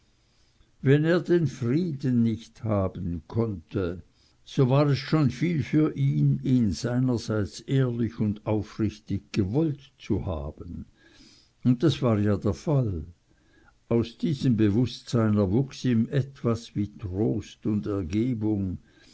wenn er den frieden nicht haben konnte so war es schon viel für ihn ihn seinerseits ehrlich und aufrichtig gewollt zu haben und das war ja der fall aus diesem bewußtsein erwuchs ihm etwas wie trost und ergebung